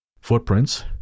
Footprints